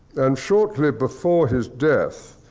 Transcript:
and shortly before his death,